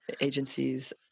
agencies